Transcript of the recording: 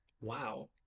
wow